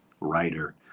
writer